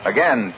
Again